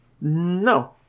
No